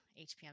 HPM